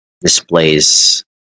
displays